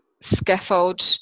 scaffold